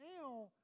now